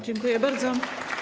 Dziękuję bardzo.